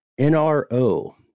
NRO